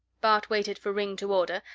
bart waited for ringg to order,